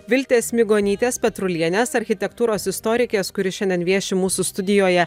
viltės migonytės petrulienės architektūros istorikės kuri šiandien vieši mūsų studijoje